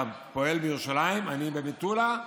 אתה פועל בירושלים, אני במטולה,